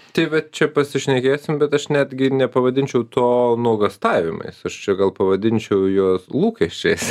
tai vat čia pasišnekėsim bet aš netgi nepavadinčiau too nuogąstavimais aš čia gal pavadinčiau juos lūkesčiais